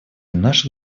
наша